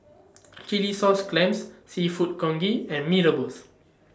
Chilli Sauce Clams Seafood Congee and Mee Rebus